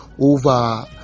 over